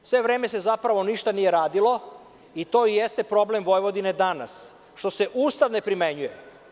Sve vreme se zapravo ništa nije radilo i to jeste problem Vojvodine danas što se Ustav ne primenjuje.